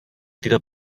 tyto